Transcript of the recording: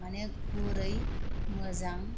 माने गुरै मोजां